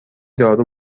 دارو